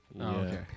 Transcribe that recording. okay